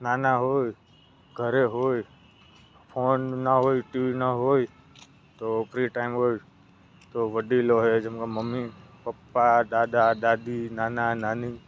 નાના હોય ઘરે હોય ફોન ના હોય ટીવી ના હોય તો ફ્રી ટાઈમ હોય તો વડીલો હોય જેમાં મમ્મી પપ્પા દાદા દાદી નાના નાની